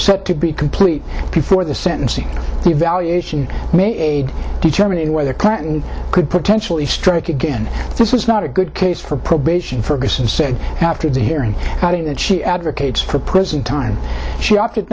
set to be complete before the sentencing evaluation made determining whether clinton could potentially strike again this was not a good case for probation ferguson said after the hearing writing that she advocates for prison time she opted